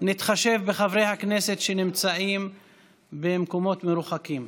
נתחשב בחברי הכנסת שנמצאים במקומות מרוחקים.